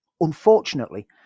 unfortunately